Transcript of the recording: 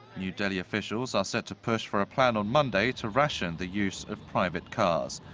new delhi officials are set to push for a plan on monday to ration the use of private cars.